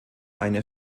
eine